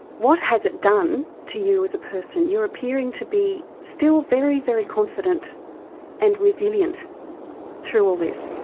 what has it done to you as a person. you're appearing to be still very, very confident and resilient through all this.